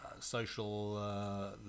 social